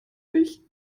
mich